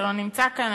שלא נמצא כאן,